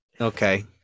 okay